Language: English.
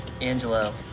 Angelo